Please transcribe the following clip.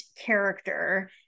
character